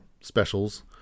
Specials